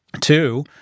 Two